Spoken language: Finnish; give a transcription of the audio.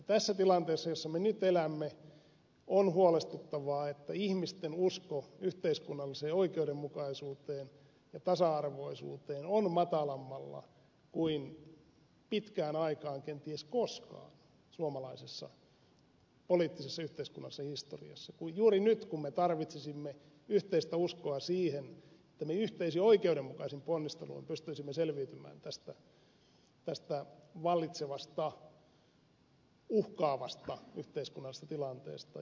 tässä tilanteessa jossa me nyt elämme on huolestuttavaa että ihmisten usko yhteiskunnalliseen oikeudenmukaisuuteen ja tasa arvoisuuteen on matalammalla kuin pitkään aikaan kenties koskaan suomalaisessa poliittisessa ja yhteiskunnallisessa historiassa kun juuri nyt me tarvitsisimme yhteistä uskoa siihen että me yhteisin oikeudenmukaisin ponnisteluin pystyisimme selviytymään tästä vallitsevasta uhkaavasta yhteiskunnallisesta tilanteesta